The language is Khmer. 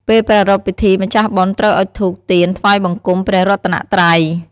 ពេលប្រារព្វពិធីម្ចាស់បុណ្យត្រូវអុជធូប ទៀន ថ្វាយបង្គំព្រះរតនត្រ័យ។